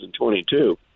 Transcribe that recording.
2022